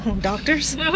Doctors